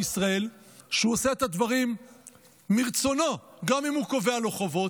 ישראל שהוא עושה את הדברים מרצונו גם אם הוא קובע לו חובות,